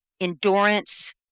endurance